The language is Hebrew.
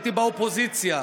הייתי באופוזיציה,